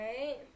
right